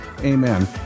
Amen